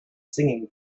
singing